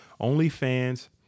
OnlyFans